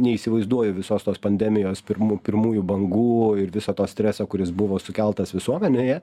neįsivaizduoju visos tos pandemijos pirmų pirmųjų bangų ir viso to streso kuris buvo sukeltas visuomenėje